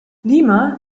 lima